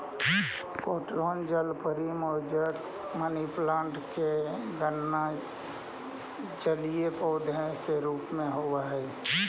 croton जलपरी, mosaic, money plant के भी गणना जलीय पौधा के रूप में होवऽ हइ